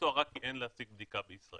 לנסוע רק כי אין להשיג בדיקה בישראל.